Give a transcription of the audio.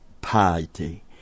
piety